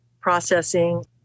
processing